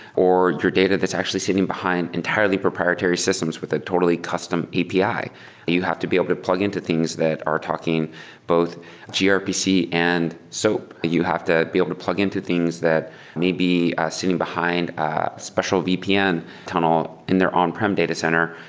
or your data that's actually sitting behind entirely proprietary systems with a totally custom api. you have to be able to plug into things that are talking both grpc and soap. you have to be able to plug into things that may be sitting behind a special vpn tunnel in their on-prem data center,